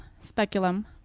speculum